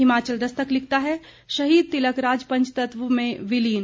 हिमाचल दस्तक लिखता है शहीद तिलराज पंजतत्व में विलीन